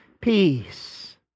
peace